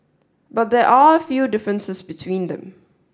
but there are a few differences between them